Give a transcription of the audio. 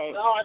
no